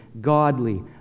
godly